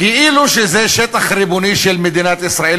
כאילו זה שטח ריבוני של מדינת ישראל.